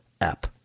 app